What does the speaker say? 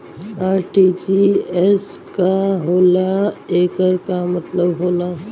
RTGS का होला एकर का मतलब होला?